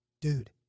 dude